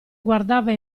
guardava